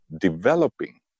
developing